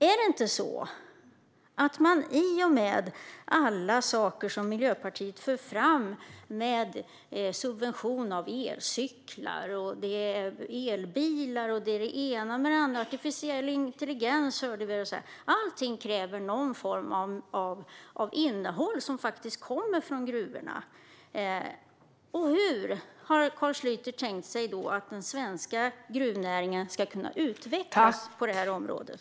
Är det inte så att med alla saker som Miljöpartiet för fram som subvention av elcyklar, elbilar, det ena med det andra - vi hörde här talas om artificiell intelligens - att allting kräver någon form av innehåll som kommer från gruvorna? Hur har Carl Schlyter tänkt sig att den svenska gruvnäringen ska kunna utvecklas på området?